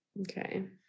Okay